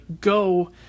go